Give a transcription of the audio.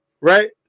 right